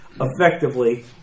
effectively